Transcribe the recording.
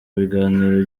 biganiro